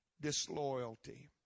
disloyalty